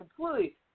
completely